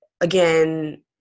again